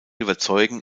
überzeugen